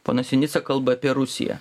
ponas sinica kalba apie rusiją